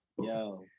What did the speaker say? Yo